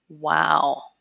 Wow